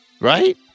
Right